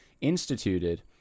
instituted